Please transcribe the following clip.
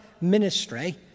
ministry